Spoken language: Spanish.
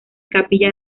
capilla